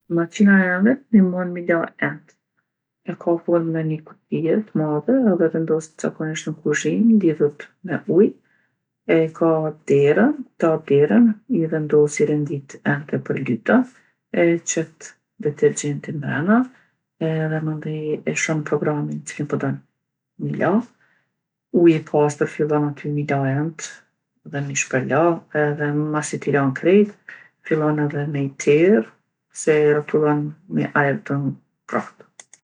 Maqina e enve t'nimon mi la entë. E ka formën e ni kutije t'madhe edhe vendoset zakonisht n'kuzhinë, lidhet me ujë. E ka derën, kur te hap derën, i vendosë, i renditë entë e përlyta, e qet detergjentin mrena edhe mandej e lshon programin n'cilin po don mi la. Uji pastër fillon aty mi la entë edhe mi shpërla edhe masi ti lan krejt, fillon edhe me i terrë se i rrotullon me ajër të ngrohtë.